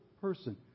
person